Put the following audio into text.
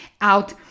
out